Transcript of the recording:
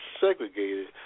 segregated